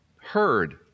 heard